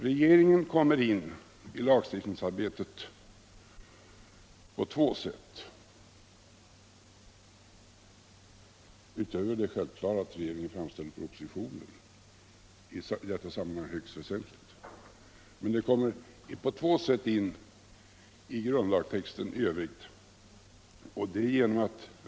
Regeringen kommer enligt grundlagstexten i övrigt in i lagstiftningsarbetet på två sätt — utöver det självklara att regeringen framlägger propositioner, vilket i detta sammanhang är högst väsentligt.